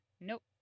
Nope